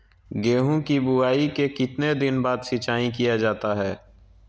गेंहू की बोआई के कितने दिन बाद सिंचाई किया जाता है?